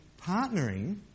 partnering